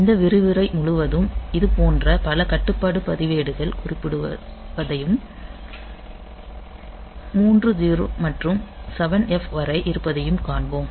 இந்த விரிவுரை முழுவதும் இதுபோன்ற பல கட்டுப்பாட்டு பதிவேடுகள் குறிப்பிடப்படுவதையும் 30 முதல் 7F வரை இருப்பதையும் காண்போம்